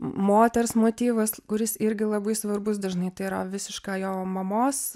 moters motyvas kuris irgi labai svarbus dažnai tai yra visiška jo mamos